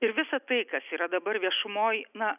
ir visa tai kas yra dabar viešumoj na